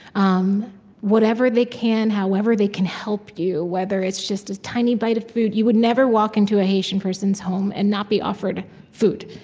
um whatever they can, however they can help you, whether it's just a tiny bite of food you would never walk into a haitian person's home and not be offered food.